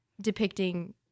depicting